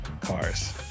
cars